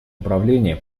управление